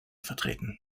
vertreten